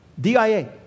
D-I-A